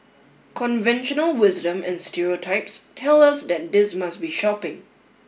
conventional wisdom and stereotypes tell us that this must be shopping